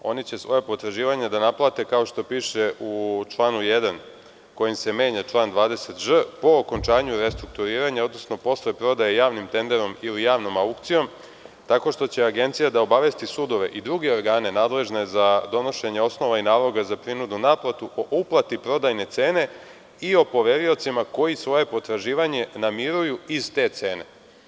Oni će svoja potraživanja da naplate, kao što piše u članu 1. kojim se menja član 20ž po okončanju restrukturiranja, odnosno posle prodaje javnim tenderom ili javnom aukcijom, tako što će agencija da obavesti sudove i druge organe nadležne za donošenje osnova i naloga za prinudnu naplatu po uplati prodajne cene i o poveriocima koji svoje potraživanje namiruju iz te cene.